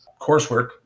coursework